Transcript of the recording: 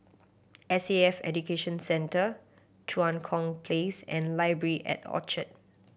S A F Education Centre Tua Kong Place and Library at Orchard